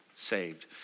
Saved